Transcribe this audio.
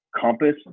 compass